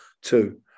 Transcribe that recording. two